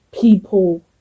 people